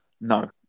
No